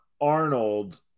Arnold